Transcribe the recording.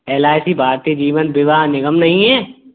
L I C बारतीय जीवन बीवा निगम नहीं है